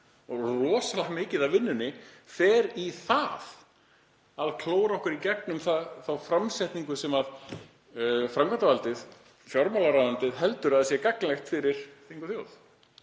Rosalega mikið af vinnunni fer í það að klóra okkur í gegnum þá framsetningu sem framkvæmdarvaldið, fjármálaráðuneytið, heldur að sé gagnleg fyrir þing og þjóð,